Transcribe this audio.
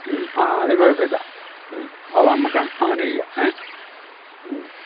മ്മ് ആ അതു കുഴപ്പമില്ല മ്മ് അത് നമ്മള്ക്ക് അങ്ങനെയ്യാം ഏ മ്മ്